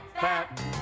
fat